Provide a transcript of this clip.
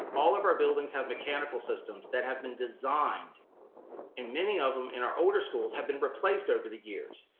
all of our buildings have mechanical systems that have been designed and many of them in our older schools have been replaced over the years,